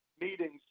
meetings